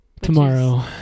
Tomorrow